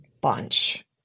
bunch